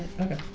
Okay